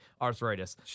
Arthritis